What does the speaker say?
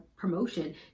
promotion